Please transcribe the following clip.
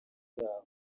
bwabo